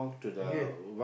okay